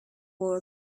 wore